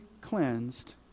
cleansed